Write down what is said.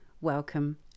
welcome